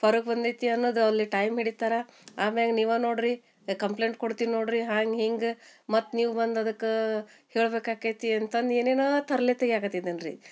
ಹೊರಗೆ ಬಂದೈತಿ ಅನ್ನುದ ಅಲ್ಲಿ ಟೈಮ್ ಹಿಡಿತರ ಆಮ್ಯಾಗ ನೀವು ನೋಡ್ರಿ ಕಂಪ್ಲೇಂಟ್ ಕೊಡ್ತೀನಿ ನೋಡ್ರಿ ಹಾಂಗೆ ಹಿಂಗೆ ಮತ್ತು ನೀವು ಬಂದು ಅದಕ್ಕೆ ಹೇಳ್ಬೇಕು ಆಕೈತಿ ಅಂತಂದು ಏನೇನೋ ತರ್ಲೆ ತಗ್ಯಾಕತ್ತಿದ್ದನು ರೀ